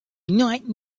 not